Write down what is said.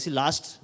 last